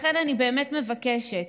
לכן אני באמת מבקשת